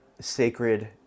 sacred